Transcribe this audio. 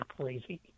crazy